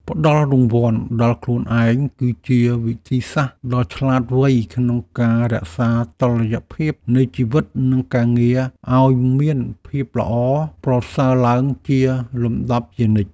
ផ្ដល់រង្វាន់ដល់ខ្លួនឯងគឺជាវិធីសាស្ត្រដ៏ឆ្លាតវៃក្នុងការរក្សាតុល្យភាពនៃជីវិតនិងការងារឱ្យមានភាពល្អប្រសើរឡើងជាលំដាប់ជានិច្ច។